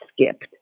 skipped